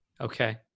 Okay